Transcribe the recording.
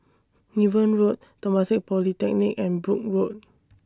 Niven Road Temasek Polytechnic and Brooke Road